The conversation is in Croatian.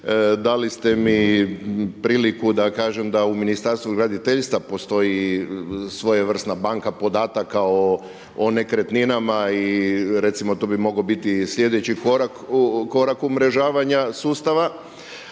Dali ste mi priliku da kažem da u Ministarstvu graditeljstva postoji svojevrsna banka podataka o nekretninama i recimo to bi mogao biti sljedeći korak umrežavanja sustava.